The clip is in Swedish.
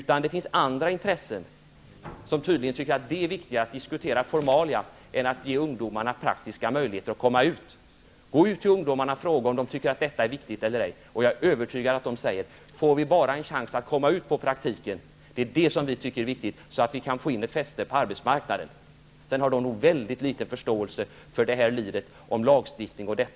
Det finns dock andra intressen som gör att det tycks vara viktigare att diskutera formalia än att ge ungdomarna praktiska möjligheter att komma ut i arbete. Fråga ungdomarna om de tycker att denna diskussion om formalia är viktig eller ej! Jag är övertygad om att svaret blir: Det viktiga är att vi får en chans att komma ut på praktik så att vi kan få ett fäste i arbetsmarknaden. Förståelsen för lagstiftning o.dyl. är nog väldigt liten hos dem.